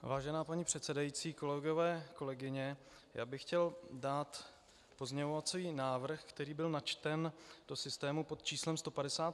Vážená paní předsedající, kolegové, kolegyně, chtěl bych dát pozměňovací návrh, který byl načten do systému pod číslem 158.